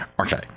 okay